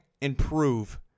improve